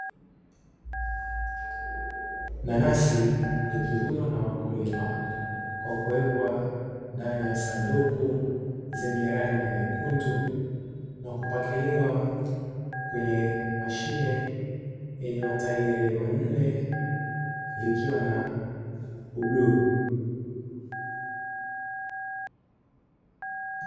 Nanasi likivunwa na wakulima na kuwekwa kwenye sanduku zenye rangi nyekundu, kwa kupakiliwa kwenye mashine yenye matairi yaliyo manne, likiwa na ubluu.